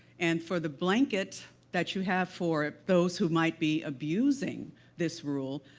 and for the blanket that you have for those who might be abusing this rule,